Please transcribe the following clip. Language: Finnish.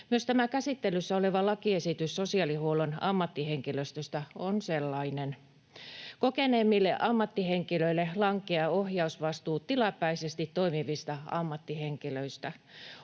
Myös tämä käsittelyssä oleva lakiesitys sosiaalihuollon ammattihenkilöstöstä on sellainen. Kokeneemmille ammattihenkilöille lankeaa ohjausvastuu tilapäisesti toimivista ammattihenkilöistä.